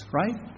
right